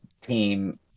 team